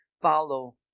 follow